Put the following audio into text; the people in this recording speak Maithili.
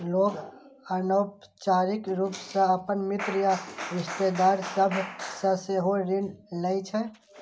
लोग अनौपचारिक रूप सं अपन मित्र या रिश्तेदार सभ सं सेहो ऋण लै छै